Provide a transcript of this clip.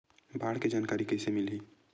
बाढ़ के जानकारी कइसे मिलही?